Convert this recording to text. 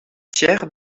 thiers